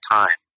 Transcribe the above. time